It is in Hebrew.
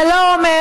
יותר מפעם אחת,